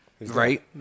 right